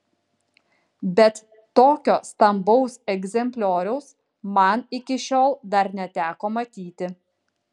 bet tokio stambaus egzemplioriaus man iki šiol dar neteko matyti